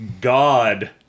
God